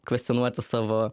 kvestionuoti savo